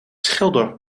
schilder